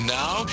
now